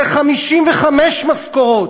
זה 55 משכורות.